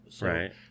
Right